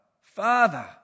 Father